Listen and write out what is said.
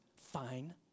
fine